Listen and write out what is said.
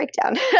breakdown